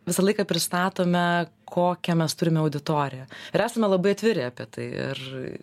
visą laiką pristatome kokią mes turime auditoriją ir esame labai atviri apie tai ir